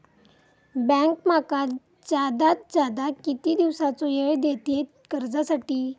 Bank माका जादात जादा किती दिवसाचो येळ देयीत कर्जासाठी?